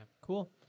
Cool